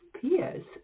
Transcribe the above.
peers